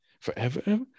forever